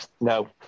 No